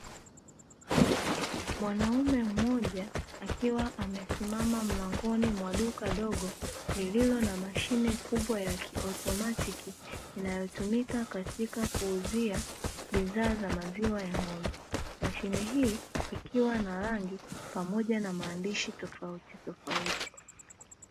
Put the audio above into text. Mwanaume mmoja akiwa amesimama mlangoni mwa duka dogo lililo na Mashine kubwa ya kiautomatiki, inayotumika katika kuuzia bidhaa za maziwa ya ng’ombe. Mashine hii ikiwa na rangi pamoja na maandishi tofautitofauti.